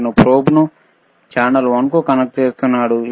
అతను ప్రోబ్ను ఛానెల్ వన్కు కనెక్ట్ చేస్తున్నాడు